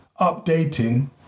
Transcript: updating